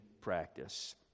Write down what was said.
practice